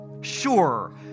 sure